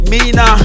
Mina